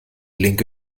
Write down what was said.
linke